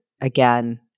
again